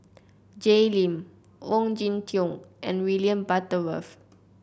Jay Lim Ong Jin Teong and William Butterworth